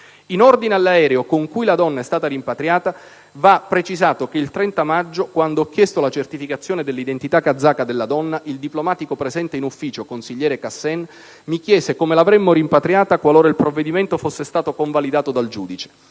«"In ordine all'aereo con cui la donna è stata rimpatriata, va precisato che il 30 maggio, quando ho chiesto la certificazione dell'identità kazaka della donna, il diplomatico presente in ufficio, consigliere Khassen, mi chiese come l'avremmo rimpatriata qualora il provvedimento fosse stato convalidato dal giudice.